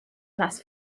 class